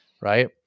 right